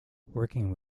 working